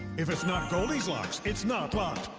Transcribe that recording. it's not goldie's locks, it's not locked.